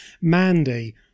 Mandy